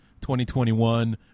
2021